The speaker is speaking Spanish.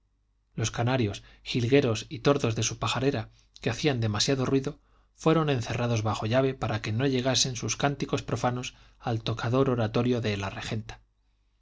los canarios jilgueros y tordos de su pajarera que hacían demasiado ruido fueron encerrados bajo llave para que no llegasen sus cánticos profanos al tocador oratorio de la regenta